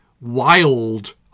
wild